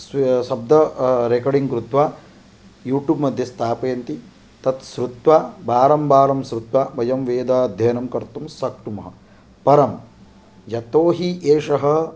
स्व शब्द रेकर्डिङ्ग् कृत्वा यूट्यूब् मध्ये स्थापयन्ति तत् श्रुत्वा वारं वारं श्रुत्वा वयं वेदाध्ययनं कर्तुं शक्नुमः परं यतोहि एषः